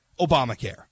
Obamacare